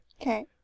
Okay